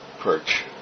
perch